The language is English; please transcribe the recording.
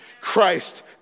Christ